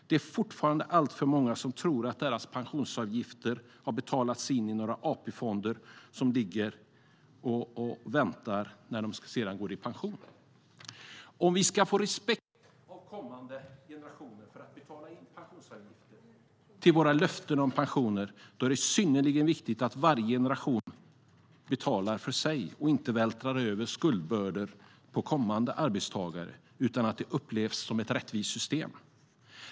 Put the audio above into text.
Det är fortfarande alltför många som tror att deras pensionsavgifter har betalats in i några AP-fonder och ligger där och väntar på dem tills de går i pension. Om vi ska få respekt av kommande generationer för att betala in pensionsavgifter till våra löften om pensioner är det synnerligen viktigt att varje generation betalar för sig och inte vältrar över skuldbördor på kommande arbetstagare. Det måste upplevas som ett rättvist system.